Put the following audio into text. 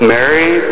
Mary